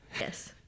yes